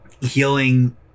Healing